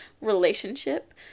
relationship